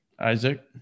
Isaac